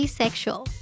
Asexual